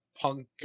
Punk